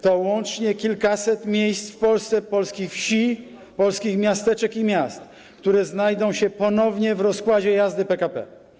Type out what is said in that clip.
To łącznie kilkaset miejsc w Polsce: polskich wsi, polskich miasteczek i miast, które znajdą się ponownie w rozkładzie jazdy PKP.